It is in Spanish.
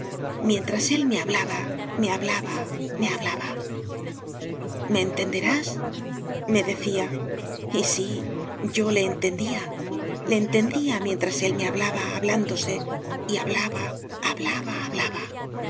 mientras él me hablaba me hablaba me hablaba me entenderás me decía y sí yo le entendía le entendía mientras él me hablaba hablándose y hablaba hablaba